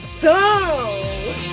go